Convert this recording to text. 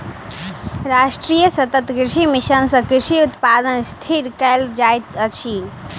राष्ट्रीय सतत कृषि मिशन सँ कृषि उत्पादन स्थिर कयल जाइत अछि